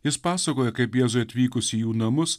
jis pasakoja kaip jėzui atvykus į jų namus